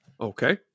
Okay